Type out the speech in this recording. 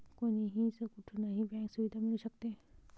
कोणीही कुठूनही बँक सुविधा मिळू शकते